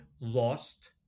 lost